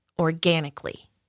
organically